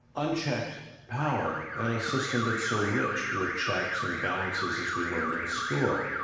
unchecked power and a system that so rich with checks and balances as we learned in school.